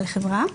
של חברה).